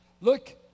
Look